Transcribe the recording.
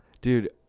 Dude